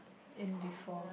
in B four